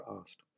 asked